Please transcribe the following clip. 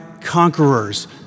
conquerors